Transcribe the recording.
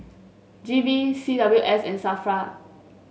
G V C W S and Safra